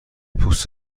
پوست